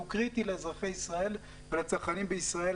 הוא קריטי לאזרחי ישראל ולצרכנים בישראל,